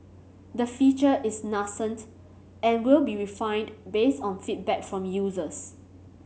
the feature is nascent and will be refined based on feedback from users